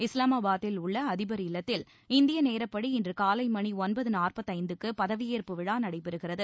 இஸ்லாமாபாதில் உள்ள அதிபர் இல்லத்தில் இந்திய நேரப்படி இன்று காலை மணி ஒன்பது நாற்பத்தைந்துக்கு பதவியேற்பு விழா நடைபெறுகிறது